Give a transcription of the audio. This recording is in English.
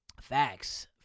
Facts